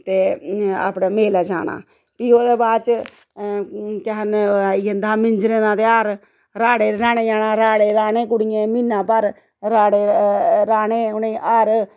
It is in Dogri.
ते अपने मेलै जाना फ्ही ओह्दे बाद च केह् आखदे आई जंदा मिंजरे दा ध्यार राह्ड़े राह्ने जाना राह्ड़े राह्ने कुड़ियें म्हीना भर राह्ड़े राह्ने उ'नें हर